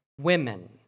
women